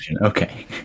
Okay